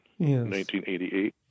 1988